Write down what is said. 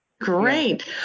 Great